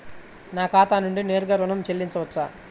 నా ఖాతా నుండి నేరుగా ఋణం చెల్లించవచ్చా?